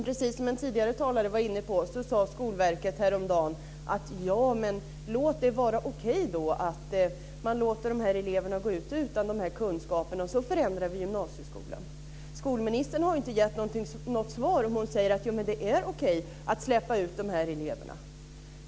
Precis som en tidigare talare var inne på sade Skolverket häromdagen att det är okej att man låter de eleverna gå ut utan dessa kunskaper och att vi i stället ska förändra gymnasieskolan. Skolministern har inte gett något svar. Tycker hon att det är okej att släppa ut dessa elever?